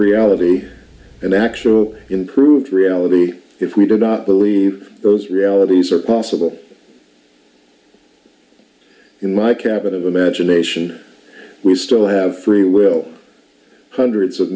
reality and actual improved reality if we do not believe those realities are possible in my cabin of imagination we still have free will hundreds of